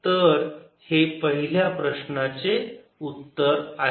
तर हे पहिल्या प्रश्नाचे उत्तर आहे